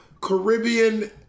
Caribbean